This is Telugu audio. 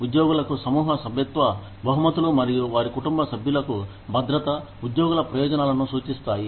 ఉద్యోగులకు సమూహ సభ్యత్వ బహుమతులు మరియు వారి కుటుంబ సభ్యులకు భద్రత ఉద్యోగుల ప్రయోజనాలను సూచిస్తాయి